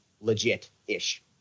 legit-ish